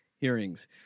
hearings